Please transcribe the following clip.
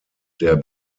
der